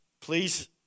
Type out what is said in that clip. Please